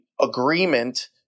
agreement